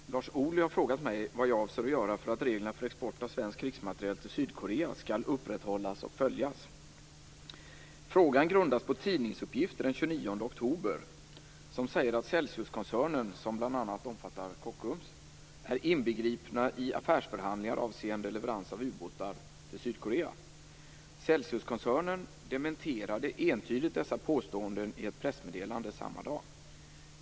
Fru talman! Lars Ohly har frågat mig vad jag avser att göra för att reglerna för export av svensk krigsmateriel till Sydkorea skall upprätthållas och följas. Frågan grundas på tidningsuppgifter den 29 oktober som säger att Celsiuskoncernen, som bl.a. omfattar Kockums, är inbegripna i affärsförhandlingar avseende leverans av ubåtar till Sydkorea. Celsiuskoncernen dementerade entydigt dessa påståenden i ett pressmeddelande samma dag.